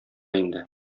инде